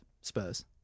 Spurs